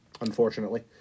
Unfortunately